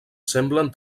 semblen